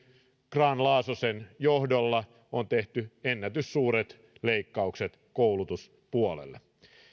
grahn laasosen johdolla on tehty ennätyssuuret leikkaukset koulutuspuolelle